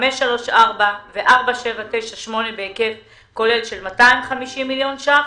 534 ו-4798 בהיקף כולל של 250 מיליון ש"ח.